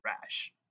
rash